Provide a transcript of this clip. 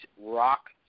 rock